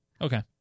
Okay